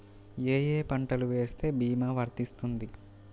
ఏ ఏ పంటలు వేస్తే భీమా వర్తిస్తుంది?